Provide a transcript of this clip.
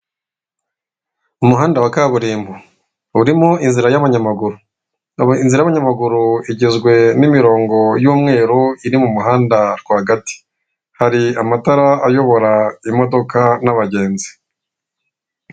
Umuhanda wa kaburimbo urimo inzira y'abanyamaguru inzira y'abanyamaguru igizwe n'imirongo y'umweru iri mu muhanda rwagati hari amatara ayobora imodoka n'abagenzi.